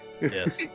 Yes